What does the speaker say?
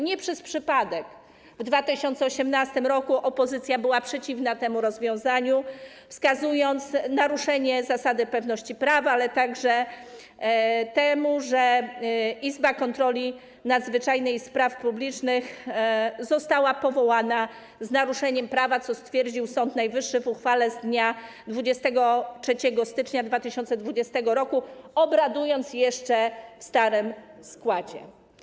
Nie przez przypadek w 2018 r. opozycja była przeciwna temu rozwiązaniu, wskazując naruszenie zasady pewności prawa oraz to, że Izba Kontroli Nadzwyczajnej i Spraw Publicznych została powołana z naruszeniem prawa, co stwierdził Sąd Najwyższy w uchwale z 23 stycznia 2020 r., obradując jeszcze w starym składzie.